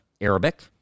Arabic